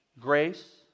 Grace